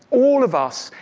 all of us,